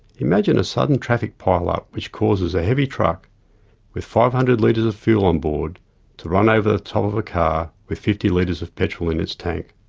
imagine a sudden traffic pile-up which causes a heavy truck with five hundred litres of fuel on board to run over the top of a car with fifty litres of petrol in its tank.